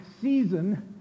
season